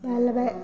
अहाँ लेबै